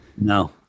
No